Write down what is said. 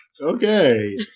Okay